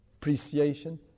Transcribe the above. appreciation